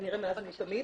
כנראה מאז ומתמיד.